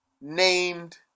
named